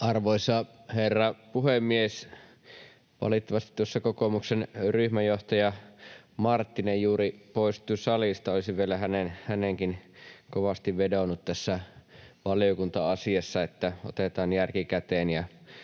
Arvoisa herra puhemies! Valitettavasti kokoomuksen ryhmänjohtaja Marttinen juuri poistui salista. Olisin vielä häneenkin kovasti vedonnut tässä valiokunta-asiassa, että otetaan järki käteen